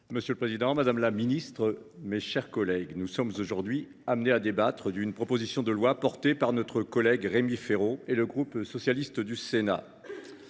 Monsieur le président, madame la ministre, mes chers collègues, nous sommes aujourd’hui amenés à débattre d’une proposition de loi, présentée par notre collègue Rémi Féraud et le groupe socialiste du Sénat,